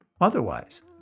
Otherwise